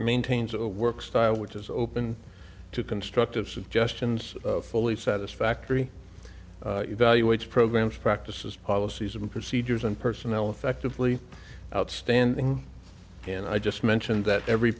maintains a work style which is open to constructive suggestions fully satisfactory evaluates programs practices policies and procedures and personnel effectively outstanding and i just mentioned that every